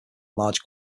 large